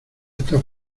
está